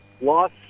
loss